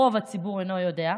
רוב הציבור אינו יודע,